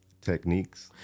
Techniques